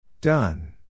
Done